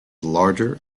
larger